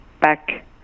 back